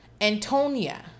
Antonia